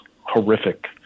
horrific